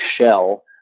shell